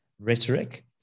rhetoric